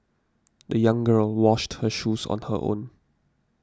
the young girl washed her shoes on her own